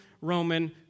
Roman